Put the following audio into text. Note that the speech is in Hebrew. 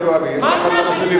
אין לנו מורשת.